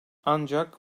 ancak